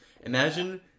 imagine